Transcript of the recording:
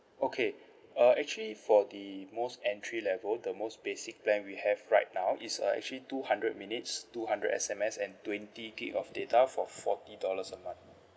okay uh actually for the most entry level the most basic plan we have right now is uh actually two hundred minutes two hundred S_M_S and twenty gig of data for forty dollars a month